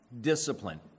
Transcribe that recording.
discipline